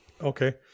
Okay